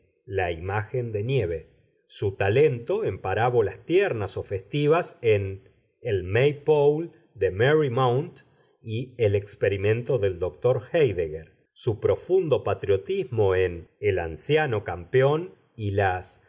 la imagen de nieve su talento en parábolas tiernas o festivas en el may pole de merry mount y el experimento del doctor héidegger su profundo patriotismo en el anciano campeón y las